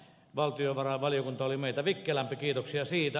valtiovarainvaliokunta oli meitä vikkelämpi kiitoksia siitä